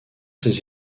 ses